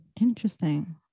Interesting